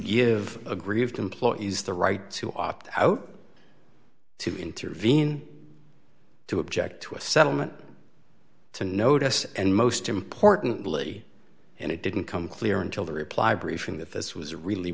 give aggrieved employees the right to opt out to intervene to object to a settlement to notice and most importantly and it didn't come clear until the reply briefing that this was really